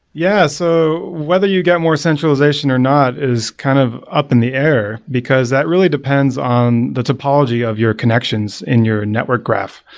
yeah. so whether you get more centralization or not is kind of up in the air because that really depends on the topology of your connections in your network graph.